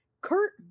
Kurt